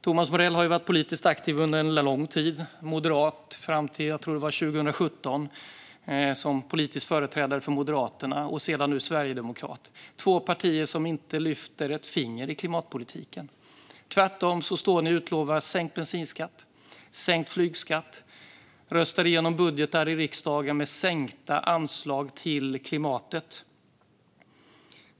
Thomas Morell har varit politiskt aktiv under en lång tid. Han var politisk företrädare för Moderaterna fram till 2017, tror jag att det var, och sedan för Sverigedemokraterna. Det är två partier som inte lyfter ett finger i klimatpolitiken. Tvärtom utlovar man sänkt bensinskatt och sänkt flygskatt. Man röstar igenom budgetar i riksdagen med sänkta anslag till klimatet.